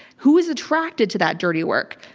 who is attracted to that dirty work?